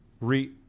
re